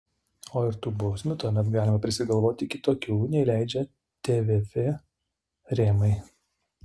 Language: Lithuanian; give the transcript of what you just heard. o ir tų bausmių tuomet galima prisigalvoti kitokių nei leidžia tvf rėmai